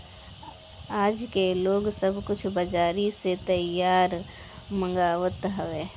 आजके लोग सब कुछ बजारी से तैयार मंगवात हवे